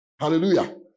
Hallelujah